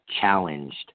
challenged